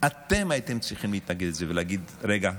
אתם הייתם צריכים להתנגד לזה ולהגיד: רגע,